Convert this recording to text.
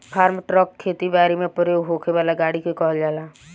form truck खेती बारी में प्रयोग होखे वाला गाड़ी के कहल जाला